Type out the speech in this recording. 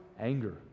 Anger